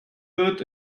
wird